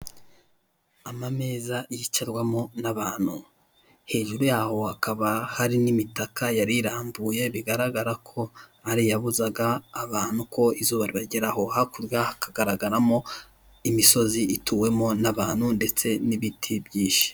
Amameza yicarwamo n'abantu hejuru yaho hakaba hari n'imitaka yari irambuye bigaragara ko ari iyabuzaga abantu ko izuba ribageraho hakurya hakagaragaramo imisozi ituwemo n'abantu ndetse n'ibiti byinshi.